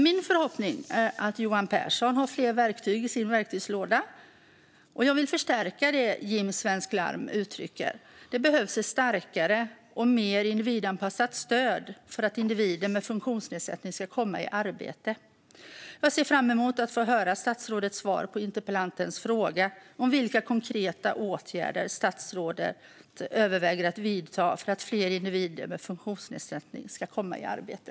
Min förhoppning är att Johan Pehrson har fler verktyg i sin verktygslåda att ta till. Jag vill förstärka det Jim Svensk Larm uttrycker: Det behövs ett starkare och mer individanpassat stöd för att individer med funktionsnedsättning ska komma i arbete. Jag ser fram emot att få höra statsrådets svar på interpellantens fråga om vilka konkreta åtgärder statsrådet överväger att vidta för att fler individer med funktionsnedsättning ska komma i arbete.